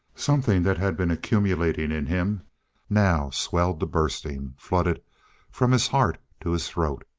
something that had been accumulating in him now swelled to bursting, flooded from his heart to his throat.